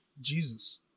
Jesus